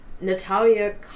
Natalia